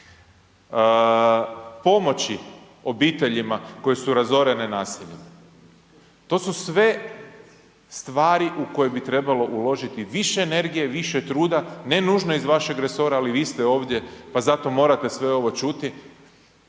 pomoći obiteljima koje su razorene nasiljem to su sve stvari u koje bi trebalo uložiti više energije, više truda, ne nužno iz vašeg resora, ali vi ste ovdje pa zato morate sve ovo čuti